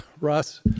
Russ